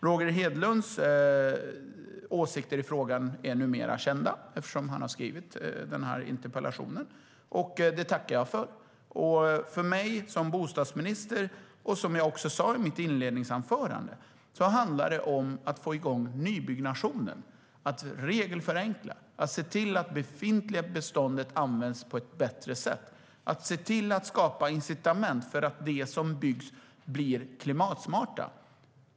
Roger Hedlunds åsikter i frågan är numera kända, eftersom han har skrivit interpellationen. Det tackar jag för. Som jag sa i mitt interpellationssvar handlar det för mig som bostadsminister om att få igång nybyggnationen, att regelförenkla, att se till att det befintliga beståndet används på ett bättre sätt och att se till att skapa incitament för att det som byggs blir klimatsmart.